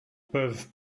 peuvent